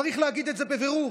צריך להגיד את זה בבירור.